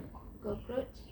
cockroach